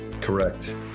Correct